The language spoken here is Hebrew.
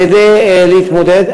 כדי להתמודד.